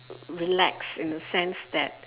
relaxed in a sense that